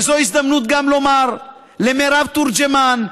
וזו הזדמנות לומר גם למירב תורג'מן,